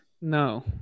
no